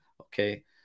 okay